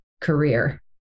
career